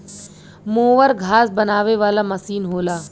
mower घास बनावे वाला मसीन होला